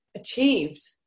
achieved